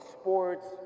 sports